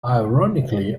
ironically